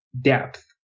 depth